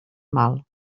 mal